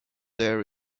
there